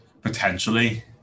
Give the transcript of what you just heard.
potentially